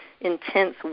intense